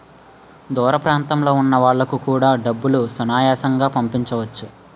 దూర ప్రాంతంలో ఉన్న వాళ్లకు కూడా డబ్బులు సునాయాసంగా పంపించవచ్చు